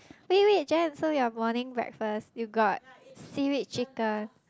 wait wait Jen so your morning breakfast you got seaweed chicken